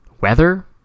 Weather